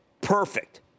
Perfect